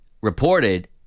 reported